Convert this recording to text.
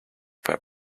were